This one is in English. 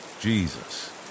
jesus